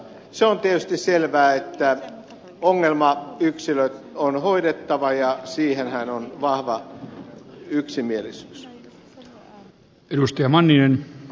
se on tietysti selvää että ongelmayksilöt on hoidettava ja siitähän on vahva yksimielisyys